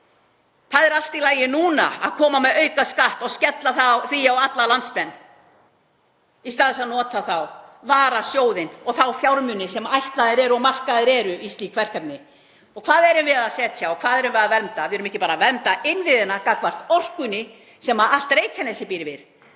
Það er allt í lagi núna að koma með aukaskatt og skella honum á alla landsmenn í stað þess að nota varasjóðinn og þá fjármuni sem ætlaðir eru og markaðir eru í slík verkefni. Og hvað erum við að setja í og hvað erum við að vernda? Við erum ekki bara að vernda innviðina gagnvart orkunni sem allt Reykjanesið býr við,